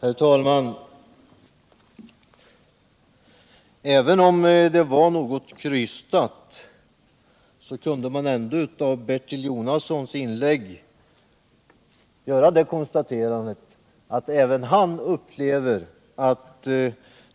Herr talman! Även om det var något krystat kan man ändå av Bertil Jonassons inlägg göra det konstaterandet att också han upplever att